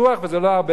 וזה לא הרבה כסף.